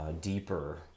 deeper